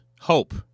hope